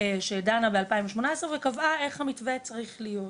שדנה ב-2018, וקבעה איך המתווה צריך להיות.